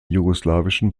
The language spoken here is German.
jugoslawischen